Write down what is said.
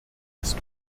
ist